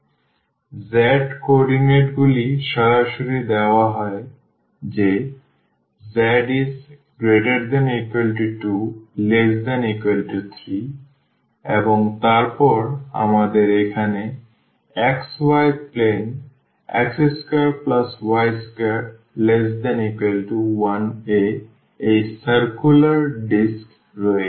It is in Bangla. সুতরাং z কোঅর্ডিনেটগুলি সরাসরি দেওয়া হয় যে 2≤z≤3 এবং তারপর আমাদের এখানে xy প্লেন x2y2≤1 এ এই circular disc রয়েছে